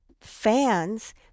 fans